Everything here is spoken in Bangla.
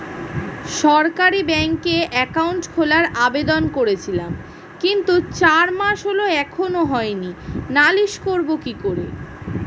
সরকারি ব্যাংকে একাউন্ট খোলার আবেদন করেছিলাম কিন্তু চার মাস হল এখনো হয়নি নালিশ করব কি?